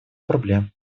проблем